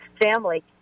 family